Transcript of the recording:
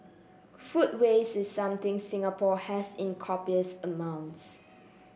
food waste is something Singapore has in copious amounts